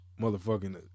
motherfucking